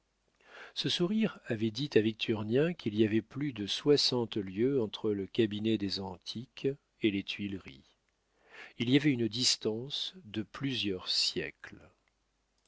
ce sourire avait dit à victurnien qu'il y avait plus de soixante lieues entre le cabinet des antiques et les tuileries il y avait une distance de plusieurs siècles